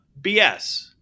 BS